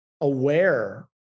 aware